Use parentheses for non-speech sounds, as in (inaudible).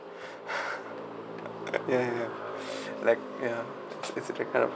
(laughs) ya ya ya like ya it's kind of